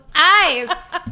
Eyes